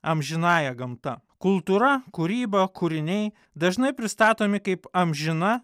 amžinąja gamta kultūra kūryba kūriniai dažnai pristatomi kaip amžina